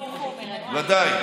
הקדוש ברוך הוא, ודאי.